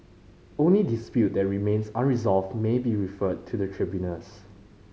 only dispute that remain unresolved may be referred to the tribunals